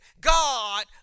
God